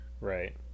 right